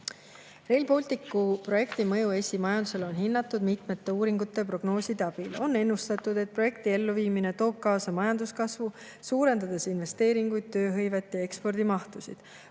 Rail Balticu projekti mõju Eesti majandusele on hinnatud mitmete uuringute ja prognooside abil. On ennustatud, et projekti elluviimine toob kaasa majanduskasvu, suurendades investeeringuid, tööhõivet ja ekspordimahtusid.